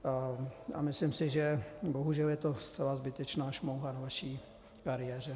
A myslím si, že bohužel je to zcela zbytečná šmouha na vaší kariéře.